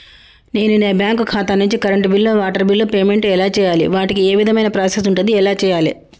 నేను నా బ్యాంకు ఖాతా నుంచి కరెంట్ బిల్లో వాటర్ బిల్లో పేమెంట్ ఎలా చేయాలి? వాటికి ఏ విధమైన ప్రాసెస్ ఉంటది? ఎలా చేయాలే?